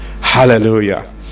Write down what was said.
Hallelujah